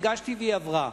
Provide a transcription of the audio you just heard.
הגשתי והיא עברה.